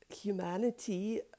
humanity